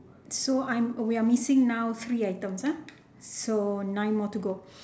so I'm we are missing now three items ah so nine more to go